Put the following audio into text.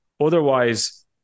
Otherwise